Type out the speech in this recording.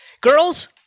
Girls